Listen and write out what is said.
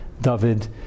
David